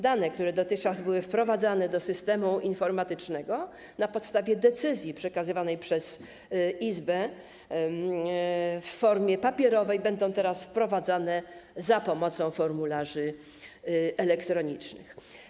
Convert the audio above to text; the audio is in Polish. Dane, które dotychczas były wprowadzane do systemu informatycznego na podstawie decyzji przekazywanej przez izbę w formie papierowej, będą teraz wprowadzane za pomocą formularzy elektronicznych.